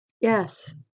Yes